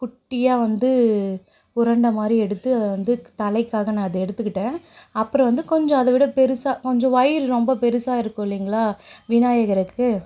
குட்டியாக வந்து உருண்டை மாதிரி எடுத்து வந்து தலைக்காக நான் அதை எடுத்துக்கிட்டேன் அப்புறம் வந்து கொஞ்சம் அதை விட பெருசாக கொஞ்சம் வயிறு ரொம்ப பெருசாக இருக்கும் இல்லைங்களா விநாயகருக்கு